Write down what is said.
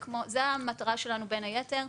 זו המטרה שלנו בין היתר.